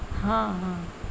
ہاں ہاں